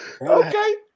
Okay